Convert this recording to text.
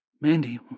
Mandy